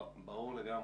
ברור לגמרי.